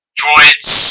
droids